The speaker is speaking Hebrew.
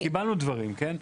קיבלנו דברים, כן?